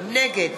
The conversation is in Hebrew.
נגד